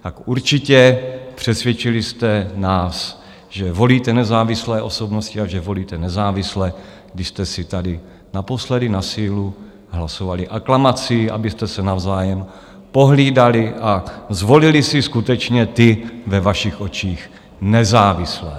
Tak určitě, přesvědčili jste nás, že volíte nezávislé osobnosti a že volíte nezávisle, když jste si tady naposledy na sílu hlasovali aklamací, abyste se navzájem pohlídali a zvolili si skutečně ty ve vašich očích nezávislé.